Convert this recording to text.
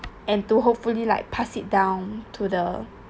and to hopefully like pass it down to the